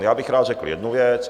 Já bych rád řekl jednu věc.